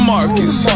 Marcus